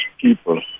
people